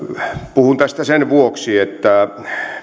puhun tästä sen vuoksi että